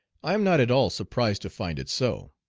i am not at all surprised to find it so.